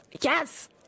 Yes